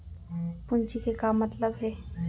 पूंजी के का मतलब हे?